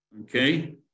Okay